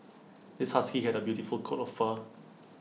this husky had A beautiful coat of fur